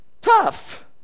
tough